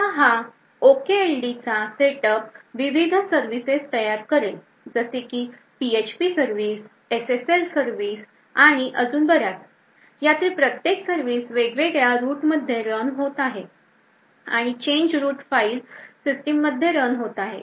आता हा OKLD चा सेटअप विविध सर्विसेस तयार करेल जसे की PHP सर्विस SSL सर्विस आणि अजून बऱ्याच यातील प्रत्येक सर्विस वेगवेगळ्या root मध्ये रन होत आहे आणि Change root फाईल सिस्टिम मध्ये रन होत आहे